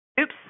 oops